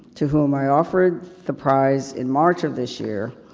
to whom i offered the prize in march of this year,